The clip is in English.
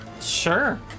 Sure